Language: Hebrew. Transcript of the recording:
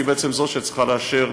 שהיא בעצם זו שצריכה לאשר